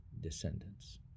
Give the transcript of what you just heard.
descendants